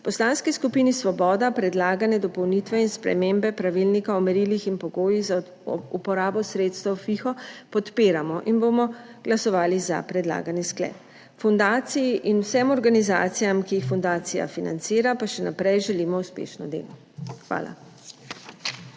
Poslanski skupini Svoboda predlagane dopolnitve in spremembe pravilnika o merilih in pogojih za uporabo sredstev FIHO podpiramo in bomo glasovali za predlagani sklep. Fundaciji in vsem organizacijam, ki jih fundacija financira, pa še naprej želimo uspešno delo. Hvala.